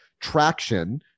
Traction